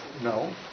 No